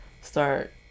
start